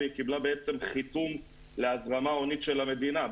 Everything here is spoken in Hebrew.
והיא קיבלה חיתום להזרמה הונית של המדינה.